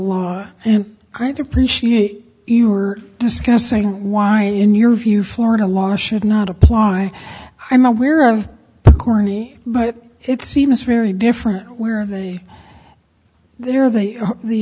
law and i do appreciate you were discussing why in your view florida law should not apply i'm aware of the gurney but it seems very different where they are there they